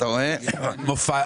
מופע.